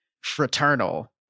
Fraternal